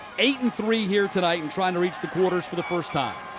eight and three here tonight and trying to reach the quarters for the first time.